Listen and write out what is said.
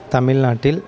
தமிழ்நாட்டில்